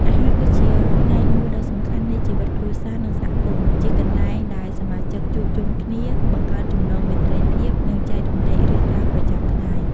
អាហារគឺជាផ្នែកមួយដ៏សំខាន់នៃជីវិតគ្រួសារ និងសហគមន៍ ជាកន្លែងដែលសមាជិកជួបជុំគ្នា បង្កើតចំណងមេត្រីភាព និងចែករំលែករឿងរ៉ាវប្រចាំថ្ងៃ។